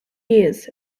years